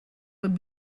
would